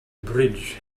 bridge